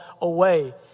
away